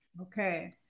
Okay